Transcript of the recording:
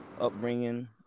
upbringing